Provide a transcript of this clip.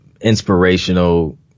inspirational